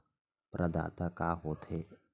प्रदाता का हो थे?